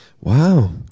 Wow